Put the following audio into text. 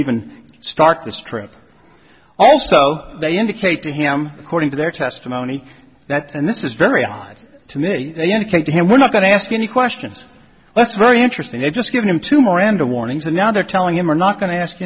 even start this trip also they indicate to him according to their testimony that and this is very odd to me they indicate to him we're not going to ask any questions that's very interesting they've just given him to miranda warnings and now they're telling him are not going to ask